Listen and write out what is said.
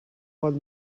pot